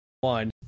one